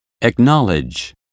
Acknowledge